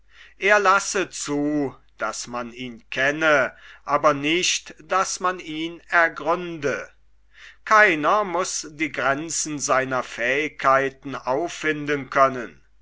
er lasse zu daß man ihn kenne aber nicht daß man ihn ergründe keiner muß die grenzen seiner fähigkeiten auffinden können